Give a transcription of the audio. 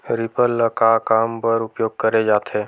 Reaper ल का काम बर उपयोग करे जाथे?